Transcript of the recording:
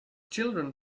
children